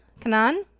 Kanan